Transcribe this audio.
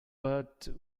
but